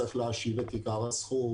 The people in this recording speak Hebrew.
צריך להשיב את עיקר הסכום,